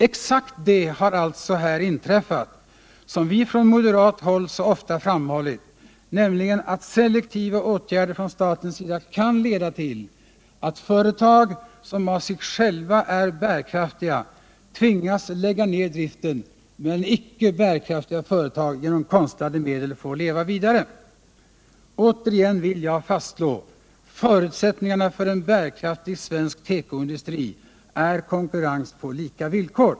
Exakt det har alltså inträffat som vi från moderat håll så ofta framhållit, nämligen att selektiva åtgärder från statens sida kan leda till att företag som av sig själva är bärkraftiga tvingas lägga ned driften, medan icke bärkraftiga företag genom konstlade medel får leva vidare. Återigen vill jag fastslå: Förutsättningen för en bärkraftig svensk tekoindustri är konkurrens på lika villkor.